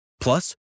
Plus